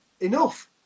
enough